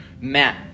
Matt